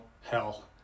hell